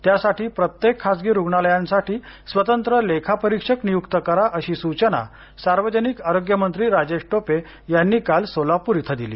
त्यासाठी प्रत्येक खासगी रुग्णालयांसाठी स्वतंत्र लेखा परीक्षक नियुक्त करा अशी सूचना सार्वजनिक आरोग्यमंत्री राजेश टोपे यांनी काल सोलापूर येथे दिली